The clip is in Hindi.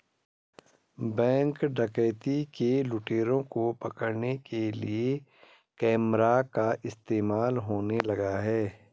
बैंक डकैती के लुटेरों को पकड़ने के लिए कैमरा का इस्तेमाल होने लगा है?